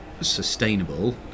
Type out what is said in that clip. sustainable